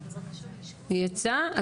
היא יצאה?